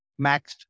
maxed